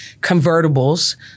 convertibles